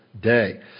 day